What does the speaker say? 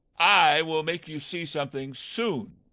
i will make you see something soon.